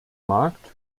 markt